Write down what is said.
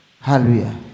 Hallelujah